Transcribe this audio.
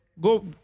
go